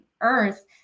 earth